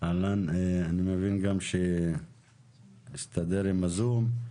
אני מבין גם שהסתדר עם הזום,